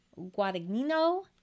Guadagnino